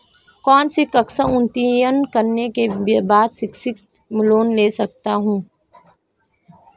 कौनसी कक्षा उत्तीर्ण करने के बाद शिक्षित लोंन ले सकता हूं?